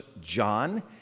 John